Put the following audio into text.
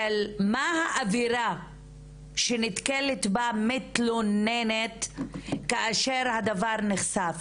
מה העבירה שנתקלת בה מתלוננת כאשר הדבר נחשף.